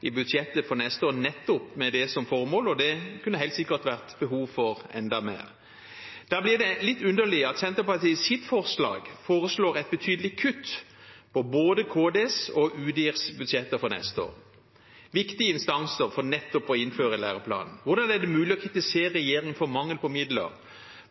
i budsjettet for neste år nettopp med det som formål. Det kunne helt sikkert vært behov for enda mer. Da blir det litt underlig at Senterpartiet i sitt forslag foreslår et betydelig kutt i både Kunnskapsdepartementets og Utdanningsdirektoratets, Udirs, budsjetter for neste år – viktige instanser for nettopp å innføre læreplanen. Hvordan er det mulig å kritisere regjeringen for mangel på midler